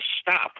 stop